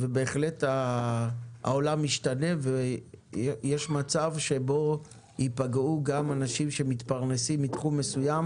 בהחלט העולם משתנה ויש מצב שגם אנשים מתחום מסוים